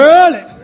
early